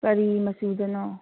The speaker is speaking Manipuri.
ꯀꯔꯤ ꯃꯆꯨꯗꯅꯣ